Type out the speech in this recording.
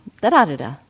da-da-da-da